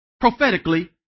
prophetically